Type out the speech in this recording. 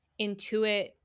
intuit